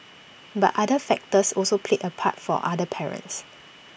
but other factors also played A part for other parents